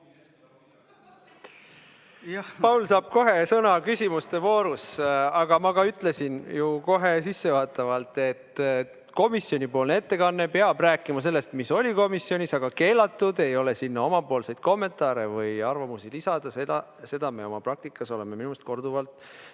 Paul saab kohe sõna küsimuste voorus. Aga ma ütlesin ju kohe sissejuhatavalt, et komisjoni ettekandja peab rääkima sellest, mis oli komisjonis, aga keelatud ei ole omapoolseid kommentaare või arvamusi lisada. Ja seda me oma praktikas oleme minu arust korduvalt